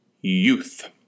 youth